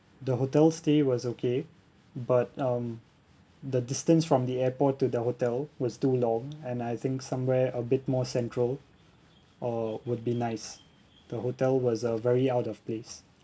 the hotel stay was okay but um the distance from the airport to the hotel was too long and I think somewhere a bit more central uh would be nice the hotel was uh very out of place